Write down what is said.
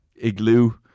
Igloo